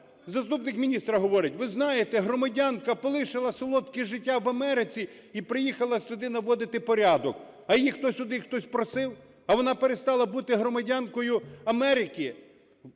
Заступник міністра говорить: "Ви знаєте, громадянка полишила солодке життя в Америці і приїхала сюди наводити порядок". А її сюди хтось просив? А вона перестала бути громадянкою Америки?